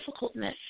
difficultness